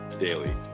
daily